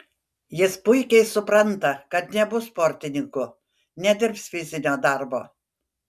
jis puikiai supranta kad nebus sportininku nedirbs fizinio darbo